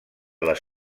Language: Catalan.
les